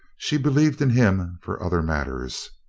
she believed in him for other matters.